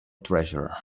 treasure